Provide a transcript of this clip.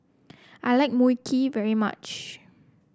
I like Mui Kee very much